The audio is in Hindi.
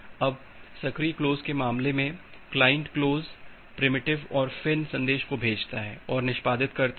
अब सक्रिय क्लोज के मामले में क्लाइंट क्लोज प्रिमिटिव और फ़िन् संदेश को भेजता है और निष्पादित करता है